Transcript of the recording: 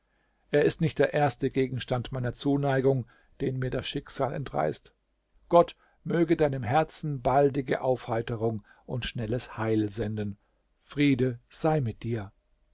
er ist nicht der erste gegenstand meiner zuneigung den mir das schicksal entreißt gott möge deinem herzen baldige aufheiterung und schnelles heil senden friede sei mit dir